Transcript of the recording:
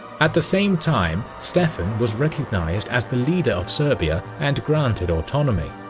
at the same time, stefan was recognized as the leader of serbia and granted autonomy.